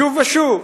שוב ושוב,